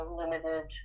limited